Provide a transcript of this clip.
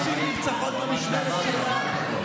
נשים נרצחות במשמרת שלך.